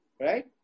Right